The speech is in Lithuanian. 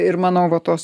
ir manau va tos